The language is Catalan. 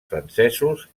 francesos